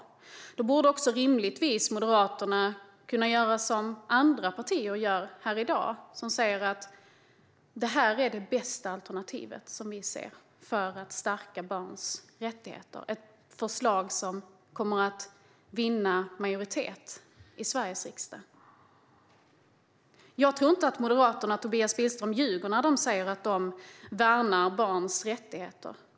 Moderaterna borde rimligtvis kunna göra som andra partier, som säger att det här är det bästa alternativet för att stärka barns rättigheter. Det är ett förslag som kommer att vinna majoritet i Sveriges riksdag. Jag tror inte att Moderaterna och Tobias Billström ljuger när de säger att de värnar barns rättigheter.